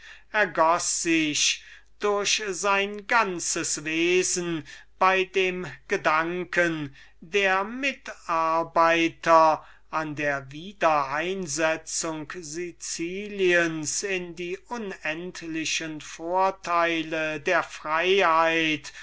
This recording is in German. ergoß sich durch sein ganzes wesen bei dem gedanken der mitarbeiter an der wiedereinsetzung siciliens in die unendlichen vorteile der wahren freiheit